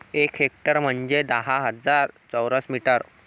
एक हेक्टर म्हंजे दहा हजार चौरस मीटर